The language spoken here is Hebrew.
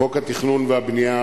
חוק התכנון והבנייה,